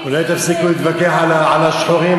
אולי תפסיקו להתווכח על השחורים,